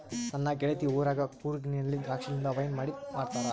ನನ್ನ ಗೆಳತಿ ಊರಗ ಕೂರ್ಗಿನಲ್ಲಿ ದ್ರಾಕ್ಷಿಲಿಂದ ವೈನ್ ಮಾಡಿ ಮಾಡ್ತಾರ